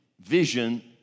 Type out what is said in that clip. vision